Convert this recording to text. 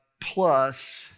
plus